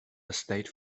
state